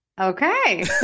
Okay